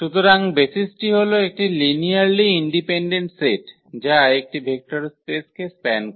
সুতরাং বেসিসটি হল একটি লিনিয়ারলি ইন্ডিপেন্ডেন্ট সেট যা একটি ভেক্টর স্পেসকে স্প্যান করে